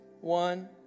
one